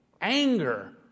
anger